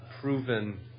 proven